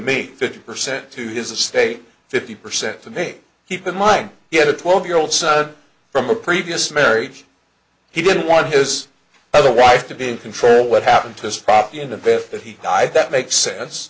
me fifty percent to his estate fifty percent to me keep in mind he had a twelve year old son from a previous marriage he didn't want his other wife to be in control what happened to this property and the bit that he died that makes sense